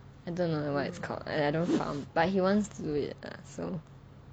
I don't know what it's called and I don't farm but he wants to do it lah so